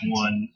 one